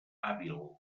hàbil